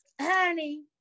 Honey